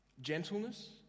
Gentleness